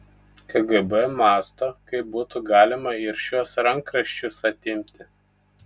kgb mąsto kaip būtų galima ir šiuos rankraščius atimti